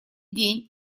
день